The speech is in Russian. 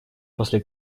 после